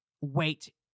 wait